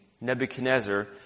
Nebuchadnezzar